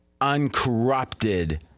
uncorrupted